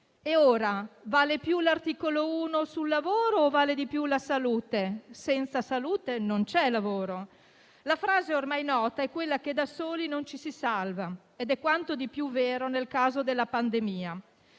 Vale più l'articolo 1 sul lavoro o vale di più la salute? Senza salute non c'è lavoro. La frase ormai nota è che da soli non ci si salva, ed è quanto di più vero nel caso della pandemia.